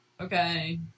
Okay